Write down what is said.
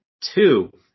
Two